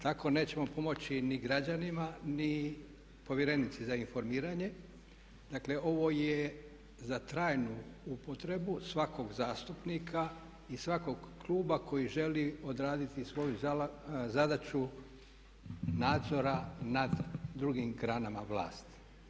Tako nećemo pomoći ni građanima ni povjerenici za informiranje, dakle ovo je za trajnu upotrebu svakog zastupnika i svakog kluba koji želi odraditi svoju zadaću nadzora nad drugim granama vlasti.